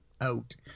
out